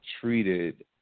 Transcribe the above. treated